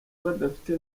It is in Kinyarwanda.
badafite